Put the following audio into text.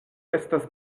estas